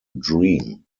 dream